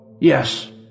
Yes